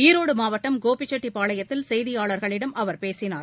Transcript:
ஈரோடுமாவட்டம் கோபிசெட்டிப்பாளையத்தில் செய்தியாளர்களிடம் அவர் பேசினார்